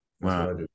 Wow